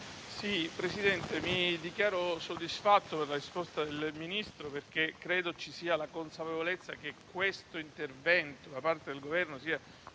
Presidente, mi dichiaro soddisfatto della risposta del Ministro, perché credo ci sia la consapevolezza della necessità di questo intervento da parte del Governo.